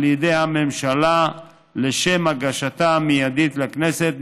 על ידי הממשלה לשם הגשתה המיידית לכנסת,